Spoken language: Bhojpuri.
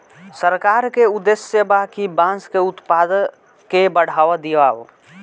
सरकार के उद्देश्य बा कि बांस के उत्पाद के बढ़ावा दियाव